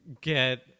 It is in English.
get